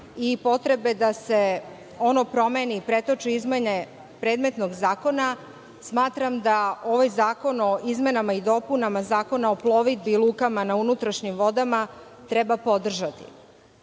i potrebe da se ono promeni i pretoči u izmene predmetnog zakona, smatram da ovaj zakon o izmenama i dopunama Zakona o plovidbi i lukama na unutrašnjim vodama treba podržati. Pored